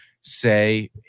say